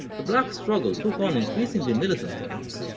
the black struggle took on increasingly militant tones,